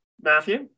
Matthew